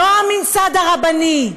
לא הממסד הרבני,